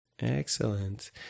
Excellent